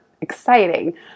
exciting